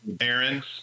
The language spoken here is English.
Aaron